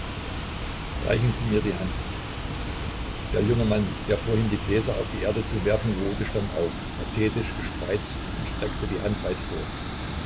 reichen sie mir die hand der junge mann der vorhin die gläser auf die erde zu werfen geruhte stand auf pathetisch gespreizt und streckte die hand weit vor